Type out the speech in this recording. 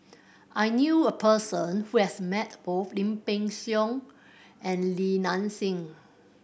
I knew a person who has met both Lim Peng Siang and Li Nanxing